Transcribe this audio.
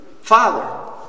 Father